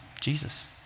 Jesus